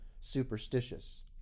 superstitious